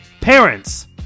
Parents